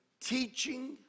teaching